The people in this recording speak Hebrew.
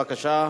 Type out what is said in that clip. בבקשה.